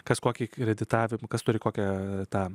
kas kokį kreditavimą kas turi kokia ta